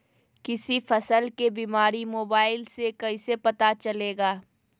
किसी फसल के बीमारी मोबाइल से कैसे पता चलेगा?